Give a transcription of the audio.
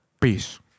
Peace